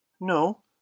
No